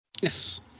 Yes